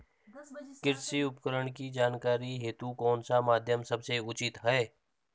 कृषि उपकरण की जानकारी हेतु कौन सा माध्यम सबसे उचित है?